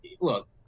look